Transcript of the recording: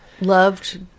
loved